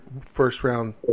first-round